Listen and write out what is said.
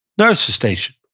nurse's station.